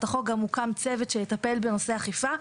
החוק גם הוקם צוות שיטפל בנושא אכיפה,